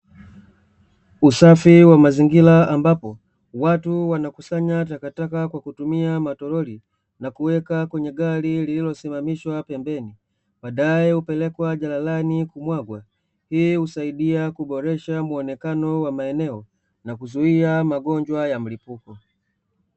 Usafi wa mazingira ambapo watu wanakusanya takataka kwa kutumia matolori na kuweka kwenye gari, lililosimamishwa pembeni baadae hupelekwa jalalani kumwagwa. Hii husaidia kuboresha muonekano wa maeneo na kuzuia magonjwa ya mlipuko.